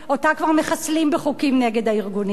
אותה כבר מחסלים בחוקים נגד הארגונים.